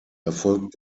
erfolgt